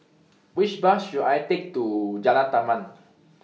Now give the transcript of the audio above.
Which Bus should I Take to Jalan Taman